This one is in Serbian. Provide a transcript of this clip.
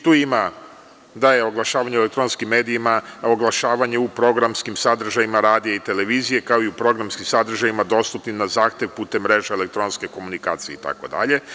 Tu ima da je oglašavanje u elektronskim medijima oglašavanje u programskim sadržajima radija i televizije, kao i u programskim sadržajima dostupnim na zahtev putem mreža elektronske komunikacije itd.